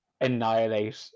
annihilate